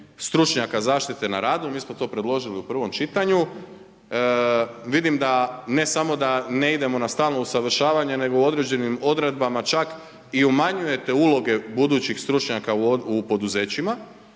stručnjaka zaštite na radu. Mi smo to predložili u prvom čitanju. Vidim da ne samo da ne idemo na stalno usavršavanje nego u određenim odredbama čak i umanjujete uloge budućih stručnjaka u poduzećima.